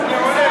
הוא עולה,